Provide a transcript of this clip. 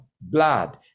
blood